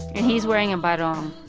and he's wearing a but um